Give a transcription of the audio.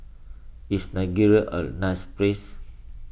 is Nigeria a nice place